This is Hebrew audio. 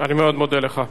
אני מאוד מודה לך.